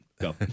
Go